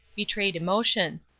betrayed emotion.